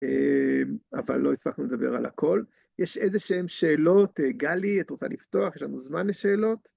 אבל לא הספקנו לדבר על הכול. יש איזה שהן שאלות? גלי, את רוצה לפתוח? יש לנו זמן לשאלות.